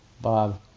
Bob